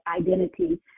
identity